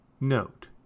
Note